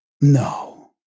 no